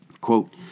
Quote